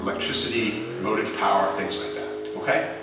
electricity, motive, power, things like that. okay?